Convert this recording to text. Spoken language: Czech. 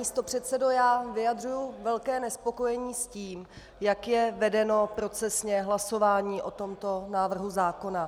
Pane místopředsedo, já vyjadřuji velké nespokojení s tím, jak je vedeno procesně hlasování o tomto návrhu zákona.